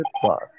plus